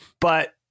but-